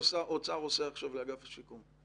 שהאוצר עושה עכשיו לאגף השיקום.